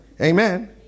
amen